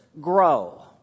grow